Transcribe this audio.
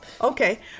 okay